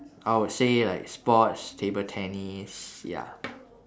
I would say like sports table tennis ya